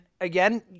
again